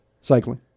Cycling